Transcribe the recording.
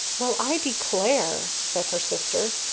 well, i declare! said her sister.